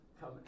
come